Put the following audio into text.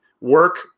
work